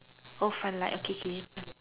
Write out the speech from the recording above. oh fun like okay K